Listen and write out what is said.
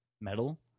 metal